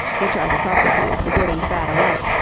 which are the property of the good and bad alike,